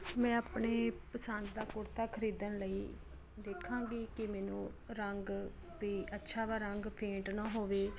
ਮੈਂ ਆਪਣੇ ਪਸੰਦ ਦਾ ਕੁੜਤਾ ਖਰੀਦਣ ਲਈ ਦੇਖਾਂਗੀ ਕਿ ਮੈਨੂੰ ਰੰਗ ਵੀ ਅੱਛਾ ਵਾ ਰੰਗ ਫੇਂਟ ਨਾ ਹੋਵੇ